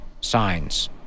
signs